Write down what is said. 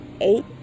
eight